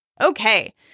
Okay